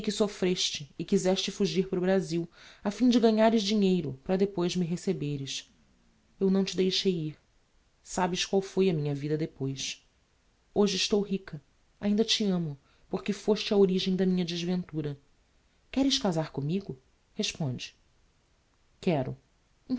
soffreste e quizeste fugir para o brazil a fim de ganhares dinheiro para depois me receberes eu não te deixei ir sabes qual foi a minha vida depois hoje estou rica ainda te amo porque foste a origem da minha desventura queres casar commigo responde quero